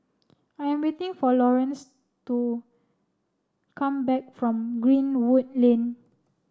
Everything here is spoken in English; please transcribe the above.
I am waiting for Lorenz to come back from Greenwood Lane